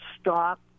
stop